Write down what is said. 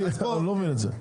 אני לא מבין את זה.